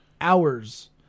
hours